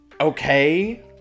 okay